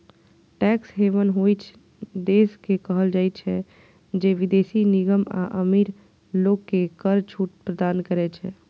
tax haven ओइ देश के कहल जाइ छै, जे विदेशी निगम आ अमीर लोग कें कर छूट प्रदान करै छै